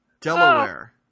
Delaware